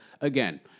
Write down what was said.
again